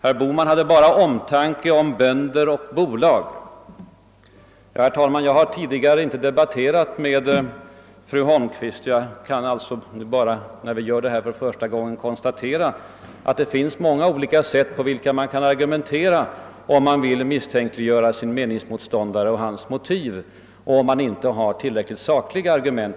Herr Bohman hade bara omtanke om »bönder och bolag«. Herr talman! Jag har tidigare inte debatterat med fru Holmqvist och kan alltså när jag nu gör det för första gången bara konstatera, att det finns många olika sätt att argumentera, om man vill misstänkliggöra sin meningsmotståndares motiv och om man själv inte har tillräckligt sakliga argument.